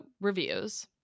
reviews